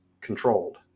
controlled